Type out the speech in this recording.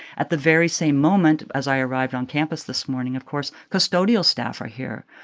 at the very same moment, as i arrived on campus this morning, of course, custodial staff are here.